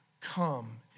come